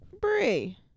Brie